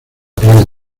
pleno